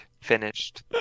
finished